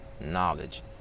knowledge